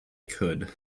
could